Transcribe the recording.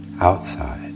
outside